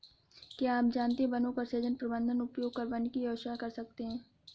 क्या आप जानते है वनों का सृजन, प्रबन्धन, उपयोग कर वानिकी व्यवसाय कर सकते है?